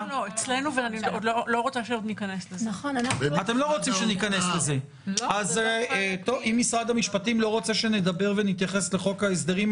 ברכת ברוך הבא ליו"ר הוועדה לשעבר חבר הכנסת